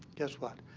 guess what?